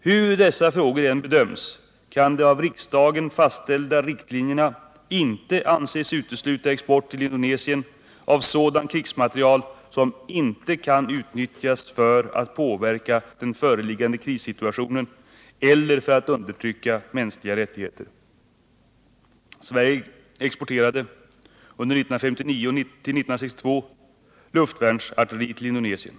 Hur dessa frågor än bedöms kan de av riksdagen fastställda riktlinjerna inte anses utesluta export till Indonesien av sådan krigsmateriel som inte kan utnyttjas för att påverka den föreliggande krissituationen eller för att undertrycka mänskliga rättigheter. Sverige exporterade under åren 1959-1962 luftvärnsartilleri till Indonesien.